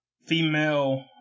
female